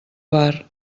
bar